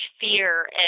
fear